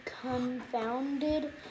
confounded